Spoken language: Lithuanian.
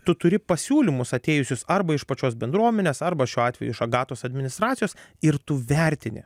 tu turi pasiūlymus atėjusius arba iš pačios bendruomenės arba šiuo atveju iš agatos administracijos ir tu vertini